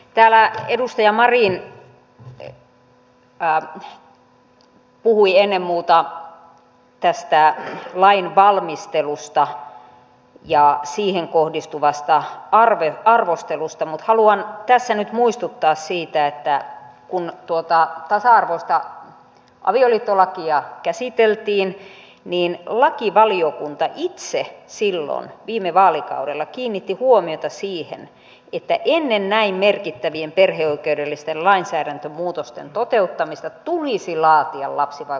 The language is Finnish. täällä edustaja marin puhui ennen muuta tästä lain valmistelusta ja siihen kohdistuvasta arvostelusta mutta haluan tässä nyt muistuttaa siitä että kun tuota tasa arvoista avioliittolakia käsiteltiin niin lakivaliokunta itse silloin viime vaalikaudella kiinnitti huomiota siihen että ennen näin merkittävien perheoikeudellisten lainsäädäntömuutosten toteuttamista tulisi laatia lapsivaikutusten arviointi